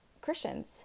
Christians